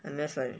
unless like